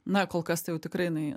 na kol kas tai jau tikrai jinai